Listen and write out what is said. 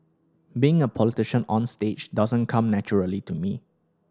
being a politician onstage doesn't come naturally to me